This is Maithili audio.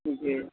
जी